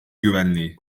güvenliği